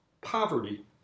poverty